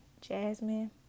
Jasmine